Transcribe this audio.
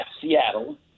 Seattle